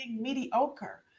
mediocre